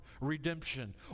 redemption